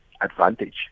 advantage